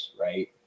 right